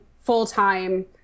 full-time